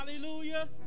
Hallelujah